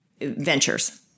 ventures